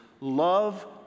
Love